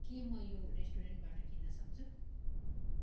के म यो रेस्टुरेन्टबाट किन्नसक्छु